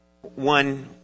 one